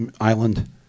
island